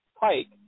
Pike